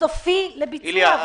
סופי לביצוע.